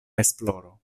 esploro